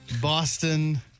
Boston